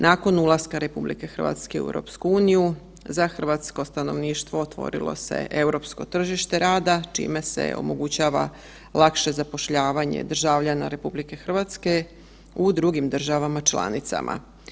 Nakon ulaska RH u EU-u, za hrvatsko stanovništvo otvorilo se europsko tržište rada, čime se omogućava lakše zapošljavanje državljana RH u drugim državama članicama.